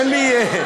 אין לי בעיה.